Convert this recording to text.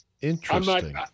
Interesting